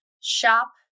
shop